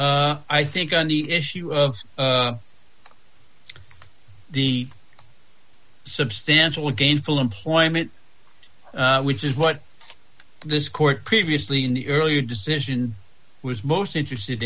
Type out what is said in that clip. issue i think on the issue of the substantial gainful employment which is what this court previously in the earlier decision was most interested